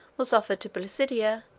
was offered to placidia,